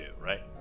right